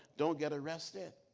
don't get arrested.